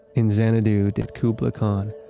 in xanadu did kubla khan.